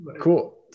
Cool